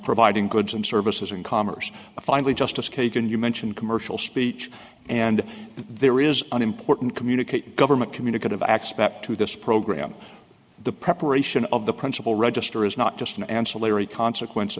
providing goods and services in commerce finally justice kagan you mentioned commercial speech and there is an important communicate government communicative acts that to this program the preparation of the principle register is not just an ancillary consequence